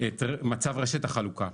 את מצב רשת החלוקה.